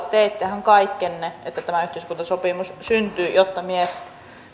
teittehän kaikkenne että tämä yhteiskuntasopimus syntyy jotta